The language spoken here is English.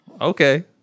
Okay